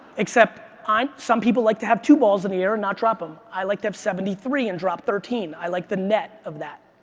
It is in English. except i'm, some people like to have two balls in the air and not drop them. i like to have seventy three and drop thirteen. i like the net of that.